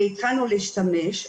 והתחלנו להשתמש בה.